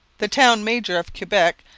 the town major of quebec,